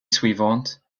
suivante